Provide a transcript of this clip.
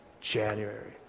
January